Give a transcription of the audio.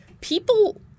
people